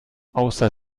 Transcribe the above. außer